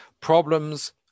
problems